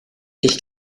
ich